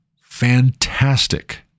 fantastic